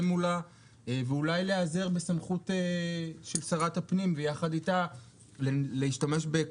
העומס בכבישים גדול מכמות האוכלוסייה שמשתמשת